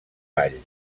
vall